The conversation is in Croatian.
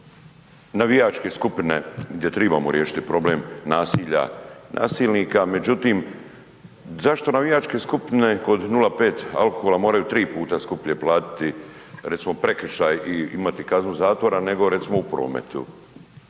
navijačke skupine gdje trebamo riješiti problem nasilja, nasilnika međutim zašto navijačke skupine kod 0,5 alkohola moraju tri puta skuplje platiti recimo prekršaj i imati kaznu zatvora nego recimo u prometu?